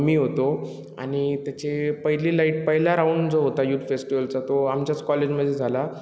मी होतो आणि त्याची पहिली लाईट पहिला राऊंड जो होता यूथ फेस्टिवलचा तो आमच्याच कॉलेजमध्ये झाला